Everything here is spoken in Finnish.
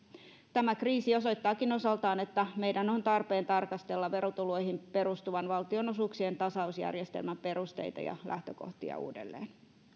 tämä kriisi osoittaakin osaltaan että meidän on tarpeen tarkastella verotuloihin perustuvan valtionosuuksien tasausjärjestelmän perusteita ja lähtökohtia uudelleen